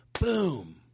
boom